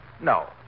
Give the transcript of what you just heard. no